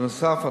בנוסף,